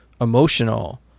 emotional